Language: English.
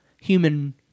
human